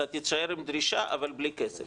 אתה תישאר עם דרישה אבל בלי כסף.